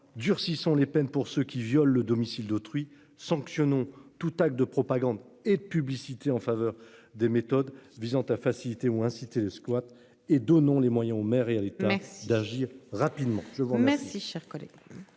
durcissant les peines pour ceux qui viole le domicile d'autrui sanctionnons tout acte de propagande et publicité en faveur des méthodes visant à faciliter ont incité les squats et donnons les moyens au maire et à l'État d'agir rapidement.